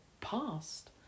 past